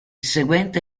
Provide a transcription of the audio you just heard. seguente